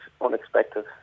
unexpected